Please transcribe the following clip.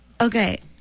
Okay